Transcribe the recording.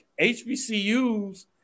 HBCUs